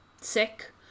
sick